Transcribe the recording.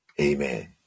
Amen